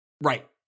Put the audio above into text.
Right